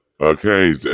Okay